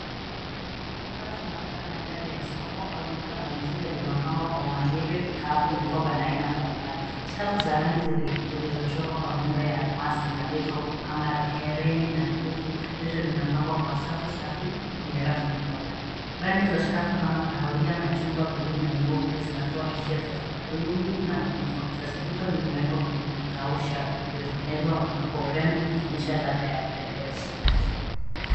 Hapa tunapata mandhari ya soko au duka la mitindo lililopangwa kwa umahiri vikapu mikoba na aina mbalimbali. Skafu za rangi zilizochorwa kwa miundo ya almasi na vito kama herini na mikufu vyote vimepangwa kwa safu safi kwenye rafu nyeupe. Rangi za skafu kama kahawia, machungwa, buluu na nyeupe zinatoa hisia za tamaduni na ubunifu wa kisasa. Vito vimewekwa kwenye vikausha vilivyotengenezwa kwa urembo vikionyesha ladha ya kupendeza.